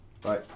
Bye